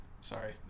sorry